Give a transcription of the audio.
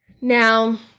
Now